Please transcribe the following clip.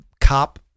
cop